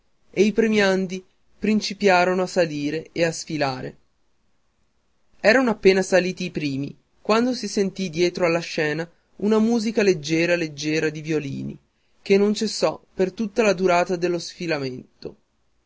e i premiandi principiarono a salire e a sfilare erano appena saliti i primi quando si sentì di dietro alle scene una musica leggiera leggiera di violini che non cessò più per tutta la durata dello